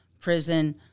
prison